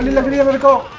vehicle